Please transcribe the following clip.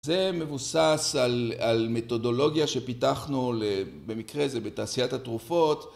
זה מבוסס על מתודולוגיה שפיתחנו במקרה הזה בתעשיית התרופות